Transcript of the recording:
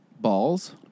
Balls